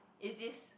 is this